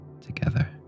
together